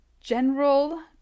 General